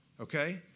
okay